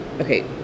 okay